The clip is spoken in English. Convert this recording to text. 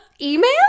email